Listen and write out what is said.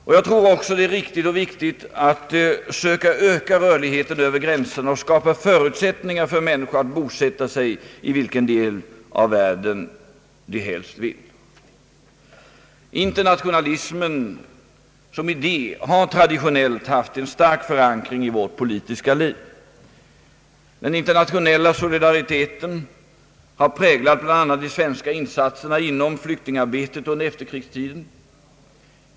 Det är också riktigt och viktigt att öka rörligheten över gränserna och skapa förutsättning ar för människan att bosätta sig i vilken del av världen som helst. Internationalismen som idé har traditionellt haft en stark förankring i vårt politiska liv. Den internationella solidariteten har präglat bl.a. de svenska insatserna inom flyktingarbetet under efterkrigstiden.